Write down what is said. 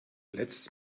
letztes